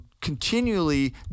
continually